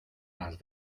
las